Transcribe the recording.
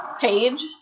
Page